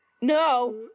No